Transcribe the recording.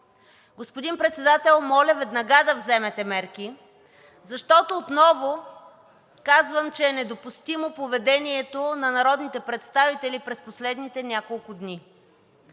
Господин Председател, моля веднага да вземете мерки, защото отново казвам, че е недопустимо поведението на народните представители през последните няколко дни.